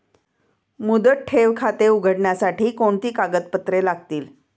मुदत ठेव खाते उघडण्यासाठी कोणती कागदपत्रे लागतील?